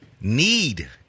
Need